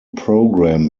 program